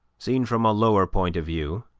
seen from a lower point of view,